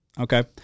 Okay